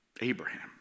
Abraham